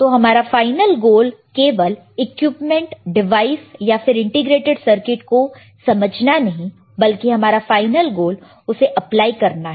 तो हमारा final goal केवल इक्विपमेंट डिवाइस या फिर इंटीग्रेटेड सर्किट को समझना नहीं है बल्कि हमारा फाइनल गोल उसे अप्लाई करना है